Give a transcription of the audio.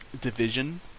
division